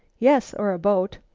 yes, or a boat.